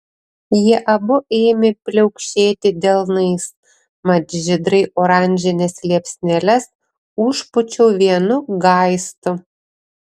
jie abu ėmė pliaukšėti delnais mat žydrai oranžines liepsneles užpūčiau vienu gaistu